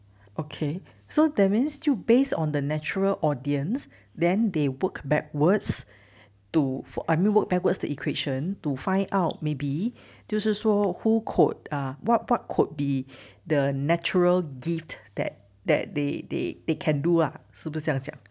okay so that means 就 based on the natural audience then they work backwards to for I mean work backwards the equation to find out maybe 就是说 who could ah what what could be the natural gift that that they they they can do lah 是不是这样讲